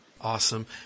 Awesome